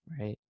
right